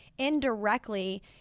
indirectly